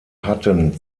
hatten